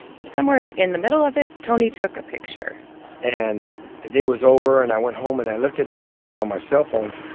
and somewhere in the middle of it, tony took a picture and the day was over, and i went home. and i looked at that picture on my cellphone.